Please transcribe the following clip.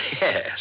Yes